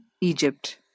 Egypt